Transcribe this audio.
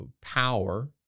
power